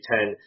Ten